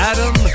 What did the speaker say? Adam